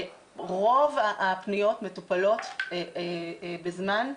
רוב הפניות מטופלות בזמן.